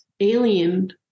alien